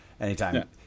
anytime